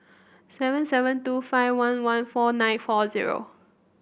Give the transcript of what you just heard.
seven seven two five one one four nine four zero